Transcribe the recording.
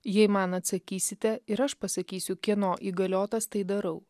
jei man atsakysite ir aš pasakysiu kieno įgaliotas tai darau